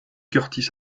curtis